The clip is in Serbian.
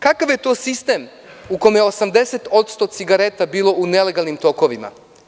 Kakav je to sistem u kome je 80% cigareta bilo u nelegalnim tokovima?